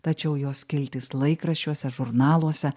tačiau jo skiltys laikraščiuose žurnaluose